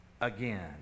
again